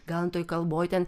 gal toj kalboj ten